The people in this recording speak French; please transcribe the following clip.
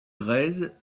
grèzes